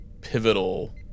pivotal